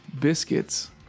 biscuits